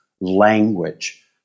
language